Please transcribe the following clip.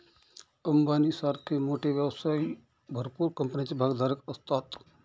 अंबानी सारखे मोठे व्यवसायी भरपूर कंपन्यांचे भागधारक असतात